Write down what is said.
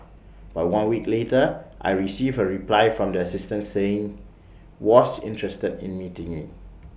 but one week later I received A reply from the assistant saying was interested in meeting me